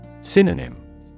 Synonym